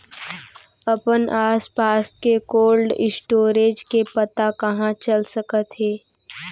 अपन आसपास के कोल्ड स्टोरेज के पता कहाँ चल सकत हे?